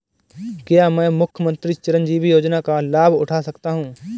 क्या मैं मुख्यमंत्री चिरंजीवी योजना का लाभ उठा सकता हूं?